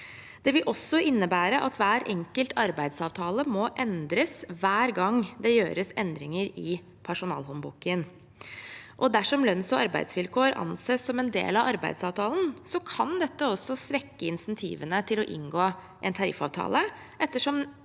Det vil også innebære at hver enkelt arbeidsavtale må endres hver gang det gjøres endringer i personalhåndboken. Dersom lønns- og arbeidsvilkår anses som en del av arbeidsavtalen, kan dette også svekke insentivene til å inngå en tariffavtale